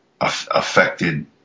affected